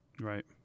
Right